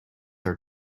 are